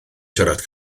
siarad